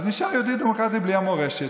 אז נשאר יהודית-דמוקרטית, בלי המורשת.